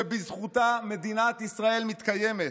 שבזכותה מדינת ישראל מתקיימת.